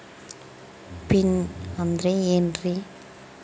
Pin ಅಂದ್ರೆ ಏನ್ರಿ?